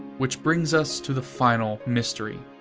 which brings us to the final mystery.